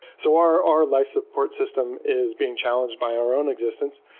so our our life support system is being challenged by our own existence.